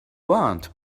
want